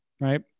right